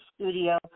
studio